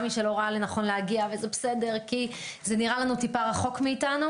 גם מי שלא ראה לנכון להגיע וזה בסדר כי זה נראה לנו טיפה רחוק מאתנו